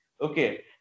Okay